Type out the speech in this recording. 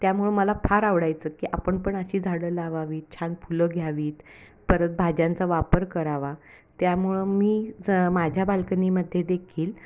त्यामुळं मला फार आवडायचं की आपण पण अशी झाडं लावावी छान फुलं घ्यावीत परत भाज्यांचा वापर करावा त्यामुळं मी ज माझ्या बाल्कनीमध्ये देखील